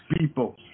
people